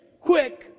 quick